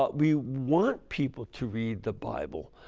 but we want people to read the bible.